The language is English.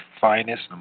finest